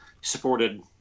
supported